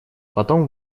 потом